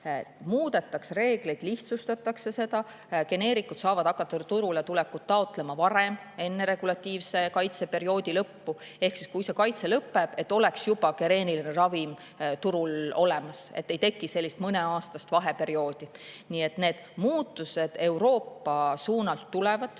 muudetakse reegleid, lihtsustatakse seda, geneerikud saavad hakata turule tulekut taotlema varem, enne regulatiivse kaitse perioodi lõppu. Ehk et siis, kui see kaitse lõpeb, oleks juba geneeriline ravim turul olemas, et ei tekiks sellist mõneaastast vaheperioodi. Nii et need muutused Euroopa suunalt tulevad.